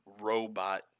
robot